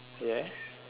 yes